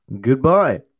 goodbye